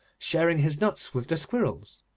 sharing his nuts with the squirrels.